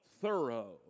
Thorough